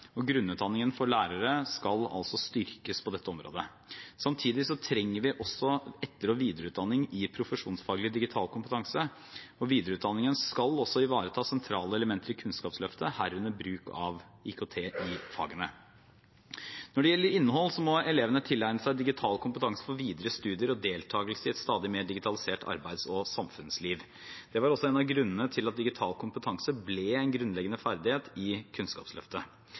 Grunnutdanningen for lærere skal altså styrkes på dette området. Samtidig trenger vi også etter- og videreutdanning i profesjonsfaglig digital kompetanse. Videreutdanningen skal ivareta sentrale elementer i Kunnskapsløftet, herunder bruk av IKT i fagene. Når det gjelder innhold, må elevene tilegne seg digital kompetanse for videre studier og deltagelse i et stadig mer digitalisert arbeids- og samfunnsliv. Det var også en av grunnene til at digital kompetanse ble en grunnleggende ferdighet i Kunnskapsløftet.